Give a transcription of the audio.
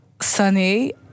sunny